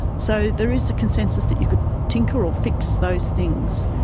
so there is the consensus that you could tinker or fix those things.